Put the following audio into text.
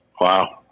Wow